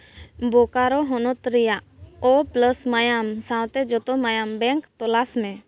ᱵᱳᱠᱟᱨᱳ ᱦᱚᱱᱚᱛ ᱨᱮᱭᱟᱜ ᱳ ᱯᱞᱟᱥ ᱢᱟᱭᱟᱢ ᱥᱟᱶᱛᱮ ᱡᱚᱛᱚ ᱢᱟᱭᱟᱢ ᱵᱮᱝᱠ ᱛᱚᱞᱟᱥ ᱢᱮ